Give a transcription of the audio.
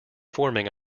forming